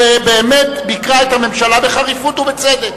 שבאמת ביקרה את הממשלה בחריפות ובצדק.